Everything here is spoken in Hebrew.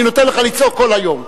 אני נותן לך לצעוק כל היום.